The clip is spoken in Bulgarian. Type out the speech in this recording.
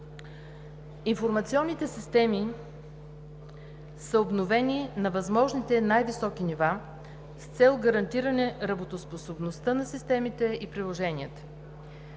Информационните системи са обновени на възможните най високи нива с цел гарантиране работоспособността на системите и приложенията.